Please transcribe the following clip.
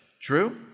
True